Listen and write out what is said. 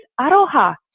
aroha